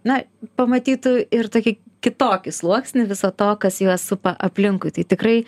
na pamatytų ir tokį kitokį sluoksnį viso to kas juos supa aplinkui tai tikrai